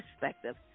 perspective